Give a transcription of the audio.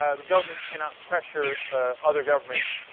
ah the government cannot pressure ah. other governments